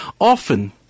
Often